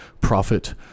prophet